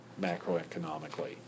macroeconomically